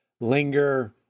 linger